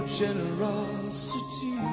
generosity